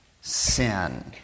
sin